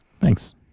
Thanks